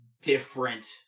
different